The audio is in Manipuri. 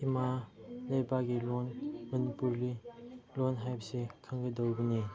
ꯏꯃꯥ ꯂꯩꯄꯥꯛꯀꯤ ꯂꯣꯟ ꯃꯅꯤꯄꯨꯔꯤ ꯂꯣꯟ ꯍꯥꯏꯕꯁꯤ ꯈꯪꯒꯗꯧꯕꯅꯤ